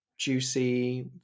juicy